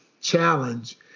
challenge